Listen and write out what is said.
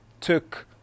took